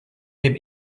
dem